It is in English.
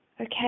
okay